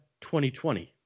2020